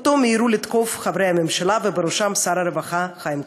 שאותו מיהרו לתקוף חברי הממשלה ובראשם שר הרווחה חיים כץ,